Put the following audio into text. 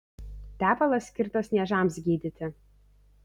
tepalas skirtas niežams gydyti